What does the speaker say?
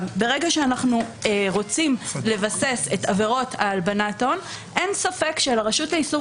ברגע שאנחנו רוצים לבסס את עבירות הלבנת ההון אין ספק שהרשות לאיסור